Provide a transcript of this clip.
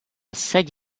seď